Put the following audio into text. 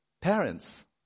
parents